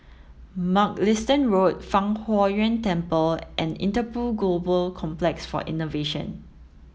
mugliston Road Fang Huo Yuan Temple and Interpol Global Complex for Innovation